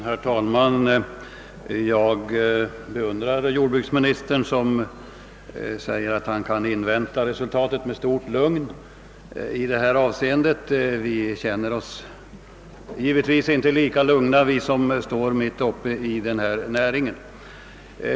Herr talman! Jag beundrar jordbruksministern när han säger att han med stort lugn kan invänta resultatet i förevarande avseende. Vi som bor i Norrland och ägnar oss åt denna näring känner oss givetvis inte lika lugna.